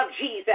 Jesus